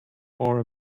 for